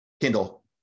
Kindle